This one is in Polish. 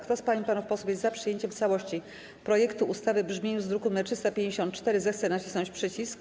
Kto z pań i panów posłów jest za przyjęciem w całości projektu ustawy w brzmieniu z druku nr 354, zechce nacisnąć przycisk.